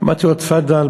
אמרתי לו: תפאדל,